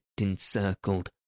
encircled